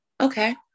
okay